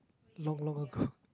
long long ago